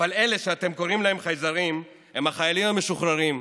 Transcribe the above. אבל אלה שאתם קוראים להם חייזרים הם חיילים משוחררים,